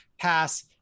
pass